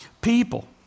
People